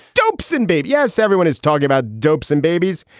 dopes and babe. yes, everyone is talking about dopes and babies.